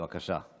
בבקשה.